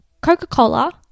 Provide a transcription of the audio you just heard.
Coca-Cola